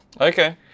Okay